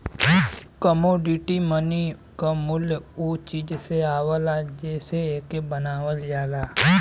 commodity money क मूल्य उ चीज से आवला जेसे एके बनावल जाला